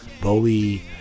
Bowie